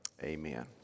Amen